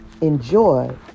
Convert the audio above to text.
Enjoy